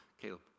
Caleb